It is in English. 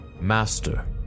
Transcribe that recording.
Master